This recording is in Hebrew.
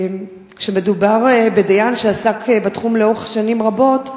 וכשמדובר בדיין שעסק בתחום לאורך שנים רבות,